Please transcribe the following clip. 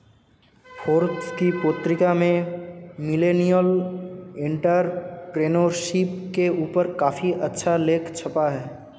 Forbes की पत्रिका में मिलेनियल एंटेरप्रेन्योरशिप के ऊपर काफी अच्छा लेख छपा है